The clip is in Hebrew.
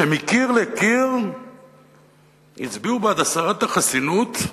שמקיר לקיר הצביעו בעד הסרת החסינות,